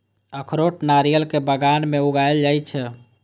अखरोट नारियल के बगान मे उगाएल जाइ छै